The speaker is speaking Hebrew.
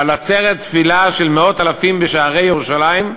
על עצרת תפילה של מאות אלפים בשערי ירושלים,